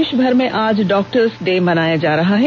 देषभर में आज डॉक्टर्स डे मनाया जा रहा है